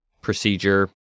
procedure